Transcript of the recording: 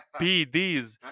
PDs